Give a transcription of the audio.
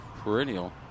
perennial